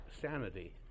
sanity